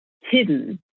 hidden